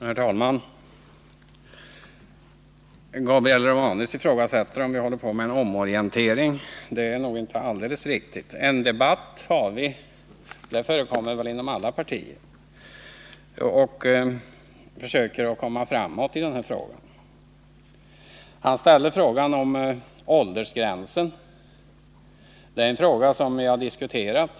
Herr talman! Gabriel Romanus tycks mena att vi håller på med en omorientering, men det är nog inte alldeles riktigt. Vi debatterar frågan — debatt förekommer väl inom alla partier som försöker komma framåt. Gabriel Romanus frågade om åldersgränsen. Detta är en fråga som vi har diskuterat.